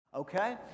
okay